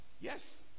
Yes